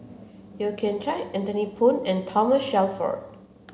Yeo Kian Chye Anthony Poon and Thoma Shelford